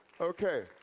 Okay